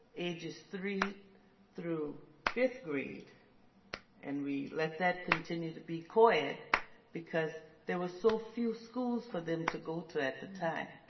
ages three through fifth grade and we let that continue to be coed because there were so few schools for them to go to at the time.